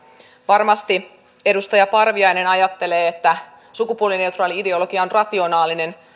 varmasti edustaja parviainen ajattelee että sukupuolineutraali ideologia on rationaalinen